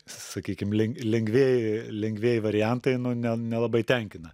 sakykim len lengvieji lengvieji variantai nu ne nelabai tenkina